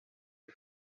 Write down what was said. and